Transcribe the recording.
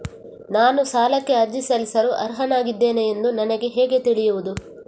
ನಾನು ಸಾಲಕ್ಕೆ ಅರ್ಜಿ ಸಲ್ಲಿಸಲು ಅರ್ಹನಾಗಿದ್ದೇನೆ ಎಂದು ನನಗೆ ಹೇಗೆ ತಿಳಿಯುದು?